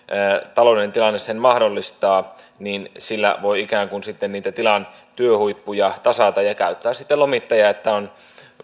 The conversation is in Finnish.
taloudellinen tilanne sen mahdollistaa niin sillä voi ikään kuin sitten niitä tilan työhuippuja tasata ja käyttää sitten lomittajaa että on